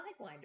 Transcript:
Sidewinder